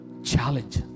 Challenge